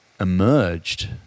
emerged